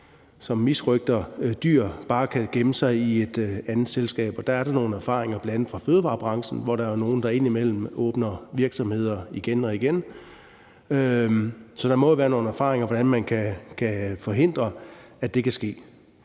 som misrøgter dyr, bare kan gemme sig i et andet selskab. Der er der nogle erfaringer fra bl.a. fødevarebranchen, hvor der er nogle, der indimellem åbner virksomheder igen og igen. Så der må være nogle erfaringer for, hvordan man kan forhindre, at det kan ske.